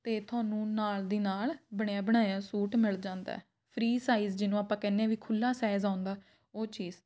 ਅਤੇ ਤੁਹਾਨੂੰ ਨਾਲ ਦੀ ਨਾਲ ਬਣਿਆ ਬਣਾਇਆ ਸੂਟ ਮਿਲ ਜਾਂਦਾ ਫਰੀ ਸਾਈਜ਼ ਜਿਹਨੂੰ ਆਪਾਂ ਕਹਿੰਦੇ ਆ ਵੀ ਖੁੱਲ੍ਹਾ ਸਾਈਜ਼ ਆਉਂਦਾ ਉਹ ਚੀਜ਼